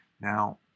Now